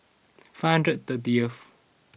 five hundred thirty